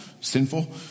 sinful